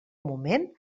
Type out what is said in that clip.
moment